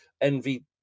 envy